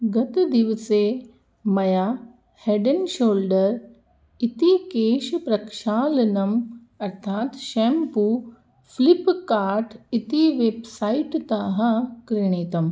गतदिवसे मया head and shoulder इति केशप्रक्षालनम् अर्थात् शेम्पू फ़्लिप्कार्ट् इति वेब्सैट्तः क्रीणीतम्